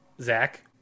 zach